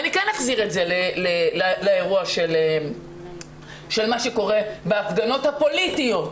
אני כן אחזיר את זה למה שקורה בהפגנות הפוליטיות.